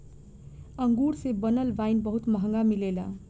अंगूर से बनल वाइन बहुत महंगा मिलेला